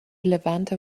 levanter